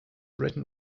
written